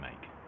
make